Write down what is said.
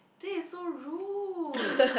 that's so rude